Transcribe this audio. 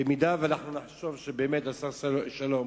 במידה שנחשוב שהשר שלום